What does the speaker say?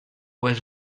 was